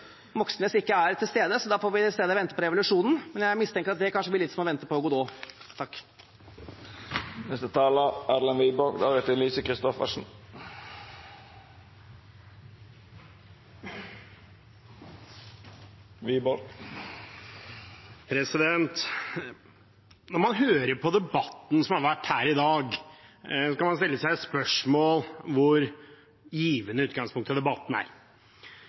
Moxnes ikke er til stede, så da får vi i stedet vente på revolusjonen, men jeg mistenker at det blir litt som å vente på Godot. Når man hører på debatten som har vært her i dag, kan man spørre seg hvor givende debatten i utgangspunktet er,